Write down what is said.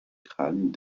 crâne